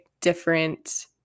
different